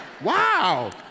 Wow